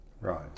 Right